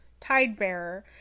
tidebearer